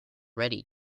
ready